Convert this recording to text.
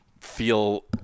feel